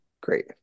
great